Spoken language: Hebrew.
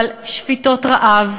אבל שביתות רעב,